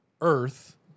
Earth